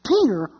Peter